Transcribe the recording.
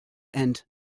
and